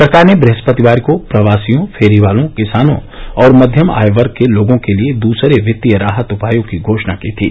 सरकार ने बहस्पतिवार को प्रवासियों फेरीवालों किसानों और मध्यम आय वर्ग के लोगों के लिए दसरे वित्तीय राहत उपायों की घोषणा की थी